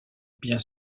bien